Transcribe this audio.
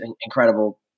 incredible